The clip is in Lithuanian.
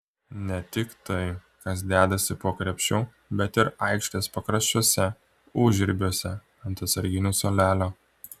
ne tik tai kas dedasi po krepšiu bet ir aikštės pakraščiuose užribiuose ant atsarginių suolelio